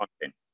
content